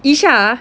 isha